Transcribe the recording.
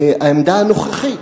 העמדה הנוכחית,